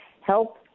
help